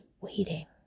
waiting